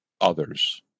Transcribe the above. others